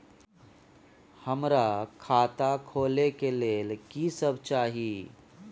हमरा खाता खोले के लेल की सब चाही?